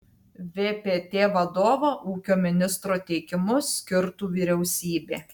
vpt vadovą ūkio ministro teikimu skirtų vyriausybė